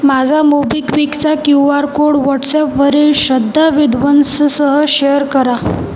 माझा मोबिक्विकचा Q R code व्हॉटसॲपवरील श्रद्धा विद्वंससह शेअर करा